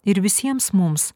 ir visiems mums